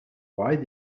why